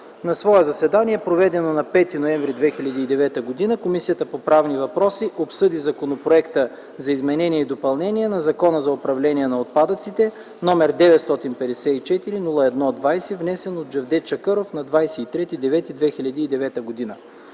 „На свое заседание, проведено на 5 ноември 2009 г., Комисията по правни въпроси обсъди Законопроекта за изменение и допълнение на Закона за управление на отпадъците, № 954-01-20, внесен от Джевдет Чакъров на 23